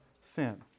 sin